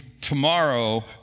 tomorrow